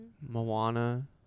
Moana